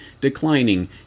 declining